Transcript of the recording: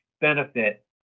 benefit